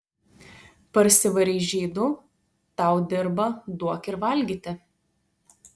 parsivarei žydų tau dirba duok ir valgyti